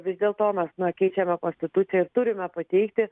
vis dėlto mes na keičiame konstituciją ir turime pateikti